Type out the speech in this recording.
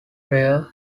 prior